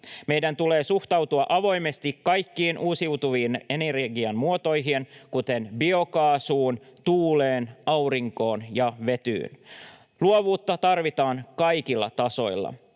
Meidän tulee suhtautua avoimesti kaikkiin uusiutuvan ener-gian muotoihin, kuten biokaasuun, tuuleen, aurinkoon ja vetyyn. Luovuutta tarvitaan kaikilla tasoilla.